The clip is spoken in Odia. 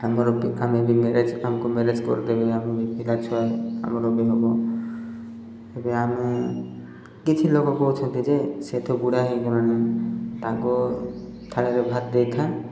ଆମର ଆମେ ବି ମ୍ୟାରେଜ୍ ଆମକୁ ମ୍ୟାରେଜ୍ କରିଦେବେ ଆମେ ବି ପିଲା ଛୁଆ ଆମର ବି ହବ ଏବେ ଆମେ କିଛି ଲୋକ କହୁଛନ୍ତି ଯେ ସେଠୁ ବୁଢ଼ା ହେଇଗଲାଣି ତାଙ୍କୁ ଥାଳରେ ଭାତ ଦେଇଥା